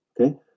okay